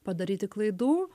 padaryti klaidų